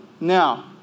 now